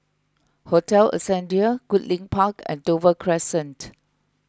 Hotel Ascendere Goodlink Park and Dover Crescent